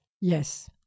Yes